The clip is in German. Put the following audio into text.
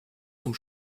zum